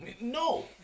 No